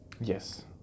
Yes